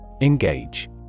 Engage